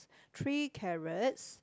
three carrots